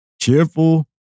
cheerful